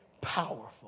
Powerful